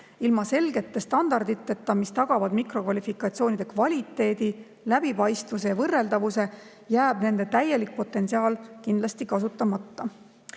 Ilma selgete standarditeta, mis tagavad mikrokvalifikatsioonide kvaliteedi, läbipaistvuse ja võrreldavuse, jääb nende täielik potentsiaal kindlasti kasutamata.